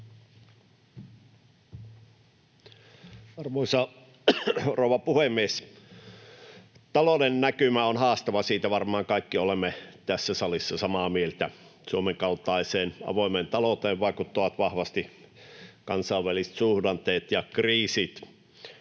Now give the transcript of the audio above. Arvoisa rouva puhemies! Talouden näkymä on haastava, siitä varmaan kaikki olemme tässä salissa samaa mieltä. Suomen kaltaiseen avoimeen talouteen vaikuttavat vahvasti kansainväliset suhdanteet ja kriisit.